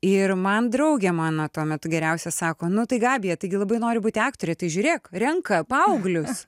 ir man draugė mano tuo metu geriausia sako nu tai gabija taigi labai nori būti aktore tai žiūrėk renka paauglius